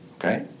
okay